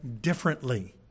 differently